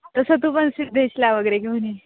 तसं तू पण सिद्धेशला वगैरे घेऊन ये